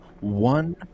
one